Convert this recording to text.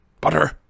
Butter